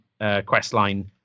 questline